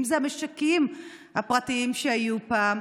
אם זה המשקים הפרטיים שהיו פעם,